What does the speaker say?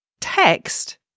text